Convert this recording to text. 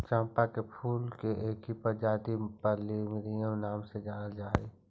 चंपा के फूल की एक प्रजाति प्लूमेरिया नाम से जानल जा हई